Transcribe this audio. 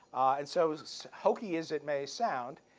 and so as hokey as it may sound,